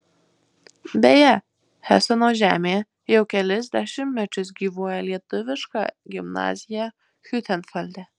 beje heseno žemėje jau kelis dešimtmečius gyvuoja lietuviška gimnazija hiutenfelde